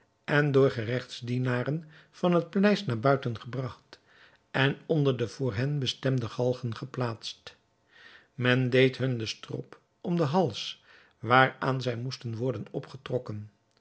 en door geregtsdienaren van het paleis naar buiten gebragt en onder de voor hen bestemde galgen geplaatst men deed hun den strop om den hals waaraan zij moesten worden opgetrokken